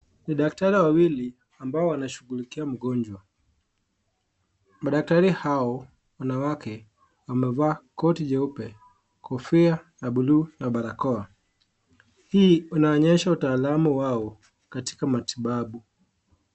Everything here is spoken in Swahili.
Ni daktari wawili ambao wanawashughulikia mgonjwa. Madaktari hao, wanawake, wamevaa koti jeupe, kofia ya buluu na barakoa. Hii inaonyesha utaalam wao katika matibabu.